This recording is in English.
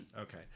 Okay